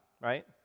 right